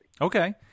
Okay